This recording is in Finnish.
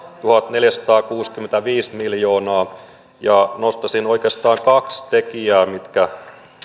tuhatneljäsataakuusikymmentäviisi miljoonaa nostaisin oikeastaan kaksi tekijää mitkä